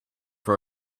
for